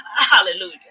Hallelujah